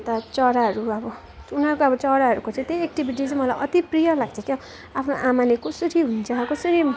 अन्त चराहरू अब उनीहरूको अब चराहरूको चाहिँ त्यही एक्टिभिटी चाहिँ मलाई अति प्रिय लाग्छ क्या आफ्नो आमाले कसरी हुन्छ कसरी